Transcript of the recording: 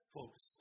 Folks